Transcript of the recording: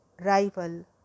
rival